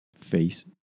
face